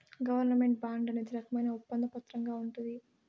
government bond అనేది రకమైన ఒప్పంద పత్రంగా ఉంటది